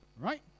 Right